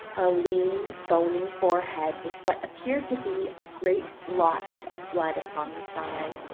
a lean, bony forehead with what appeared to be a great blotch of blood upon the side,